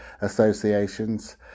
associations